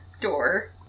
door